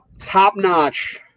top-notch